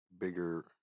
bigger